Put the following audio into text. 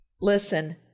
Listen